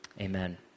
Amen